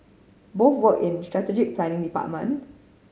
both worked in strategic planning department